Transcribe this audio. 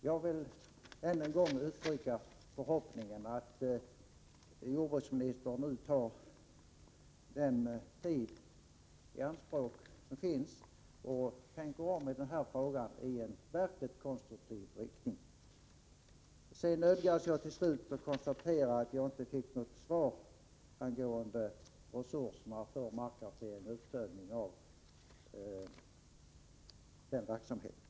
Jag vill än en gång uttrycka förhoppningen att jordbruksministern använder den tid som står till buds och tänker om i den här frågan i en verkligt konstruktiv riktning. Till slut nödgas jag konstatera att jag inte fick något svar på frågan angående resurserna för markhantering och uppföljningen av den verksamheten.